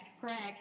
correct